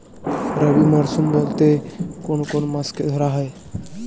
রবি মরশুম বলতে কোন কোন মাসকে ধরা হয়?